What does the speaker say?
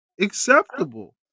acceptable